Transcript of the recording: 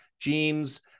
Jeans